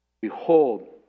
Behold